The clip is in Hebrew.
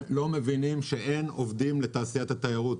לא מבינים שאין עובדים בתעשיית התיירות.